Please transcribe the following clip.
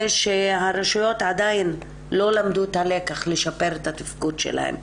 שהרשויות עדיין לא למדו את הלקח ולשפר את התפקוד שלהם.